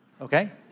okay